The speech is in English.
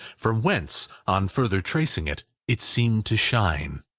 from whence, on further tracing it, it seemed to shine.